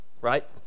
Right